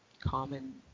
common